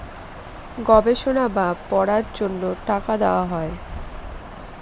গবেষণা বা পড়ার জন্য টাকা দেওয়া হয়